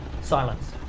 silence